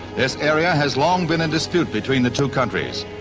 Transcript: this area has long been a dispute between the two countries.